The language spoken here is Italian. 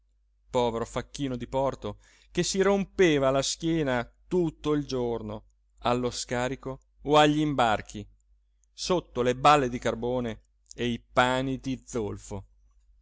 povero facchino di porto che si rompeva la schiena tutto il giorno allo scarico o agli imbarchi sotto le balle di carbone e i pani di zolfo